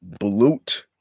Blute